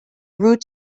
root